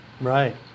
Right